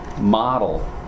model